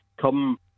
come